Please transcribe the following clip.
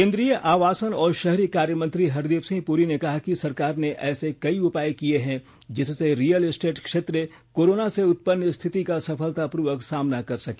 केंद्रीय आवासन और शहरी कार्यमंत्री हरदीप सिंह पुरी ने कहा कि सरकार ने ऐसे कई उपाय किये हैं जिससे रियल एस्टेट क्षेत्र कोरोना से उत्पन्न स्थिति का सफलतापूर्वक सामना कर सके